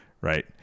Right